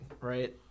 right